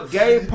gay